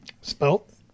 Spelt